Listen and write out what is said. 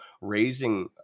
raising